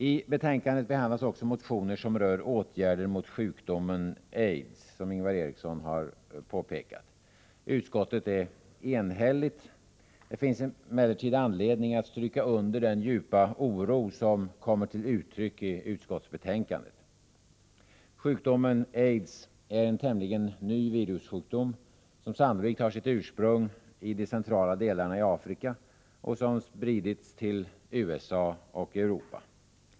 I betänkandet behandlas också motioner som rör åtgärder mot sjukdomen AIDS, vilket Ingvar Eriksson redan har påpekat. Utskottet är enhälligt. Det finns emellertid anledning att stryka under den djupa oro som kommer till uttryck i utskottsbetänkandet. Sjukdomen AIDS är en tämligen ny virussjukdom, som sannolikt har sitt ursprung i de centrala delarna i Afrika och som spridits till USA och Europa.